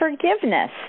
forgiveness